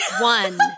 One